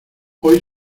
hoy